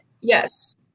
Yes